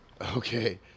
Okay